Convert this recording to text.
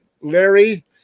Larry